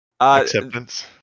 Acceptance